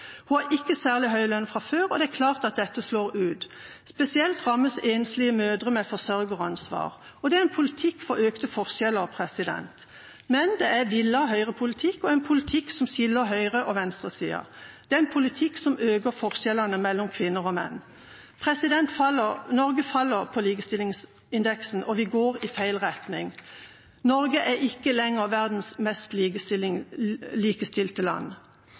har ikke særlig høy lønn fra før, og det er klart at dette slår ut. Spesielt rammes enslige mødre med forsørgeransvar. Det er en politikk for økte forskjeller, men det er villet høyrepolitikk og en politikk som skiller høyre- og venstresiden. Det er en politikk som øker forskjellene mellom kvinner og menn. Norge faller på likestillingsindeksen, og vi går i feil retning. Norge er ikke lenger verdens mest likestilte land.